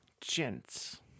gents